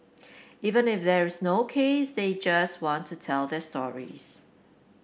even if there is no case they just want to tell their stories